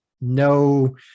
no